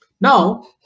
Now